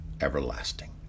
everlasting